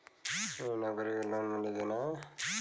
बिना नौकरी के लोन मिली कि ना?